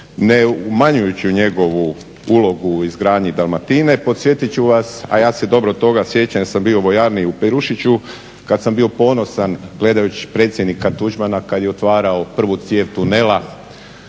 ne umanjujući njegovu ulogu u izgradnji Dalmatine podsjetit ću vas, a ja se dobro toga sjećam jer sam bio u vojarni u Perušiću kad sam bio ponosan gledajući predsjednika Tuđmana kad je otvarao prvu cijev tunela